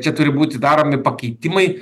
čia turi būti daromi pakeitimai